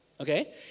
Okay